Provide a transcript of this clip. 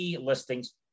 listings